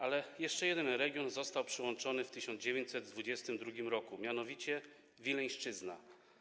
Ale jeszcze jeden region został przyłączony w 1922 r., mianowicie Wileńszczyzna.